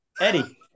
Eddie